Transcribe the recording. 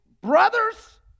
brothers